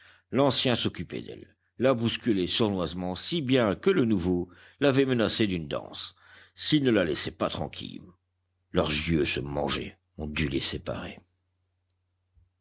l'ancien s'occupait d'elle la bousculait sournoisement si bien que le nouveau l'avait menacé d'une danse s'il ne la laissait pas tranquille leurs yeux se mangeaient on dut les séparer